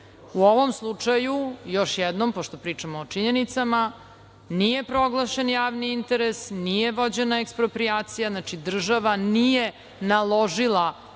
U ovom slučaju, još jednom, pošto pričamo o činjenicama, nije proglašen javni interes, nije vođena eksproprijacija, znači, država nije naložila